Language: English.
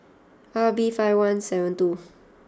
R B five one seven two